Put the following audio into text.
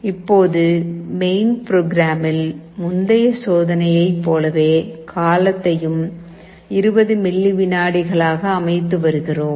இப்போது மெயின் ப்ரோக்ராமில் முந்தைய சோதனையைப் போலவே காலத்தையும் 20 மில்லி வினாடிகளாக அமைத்து வருகிறோம்